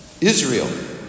Israel